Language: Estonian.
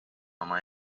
oma